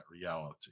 reality